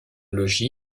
logis